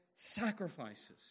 sacrifices